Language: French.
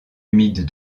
humide